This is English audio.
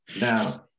Now